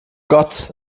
gott